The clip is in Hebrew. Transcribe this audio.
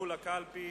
הלכו לקלפי